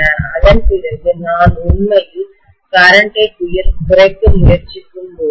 அதன் பிறகு நான் உண்மையில் மின்னோட்டத்தை கரண்ட்டை குறைக்க முயற்சிக்கும்போது